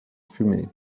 fumée